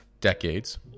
decades